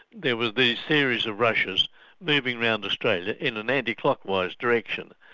there were these series of rushes moving around australia in an anti-clockwise direction.